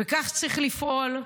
וכך צריך לפעול: